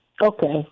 Okay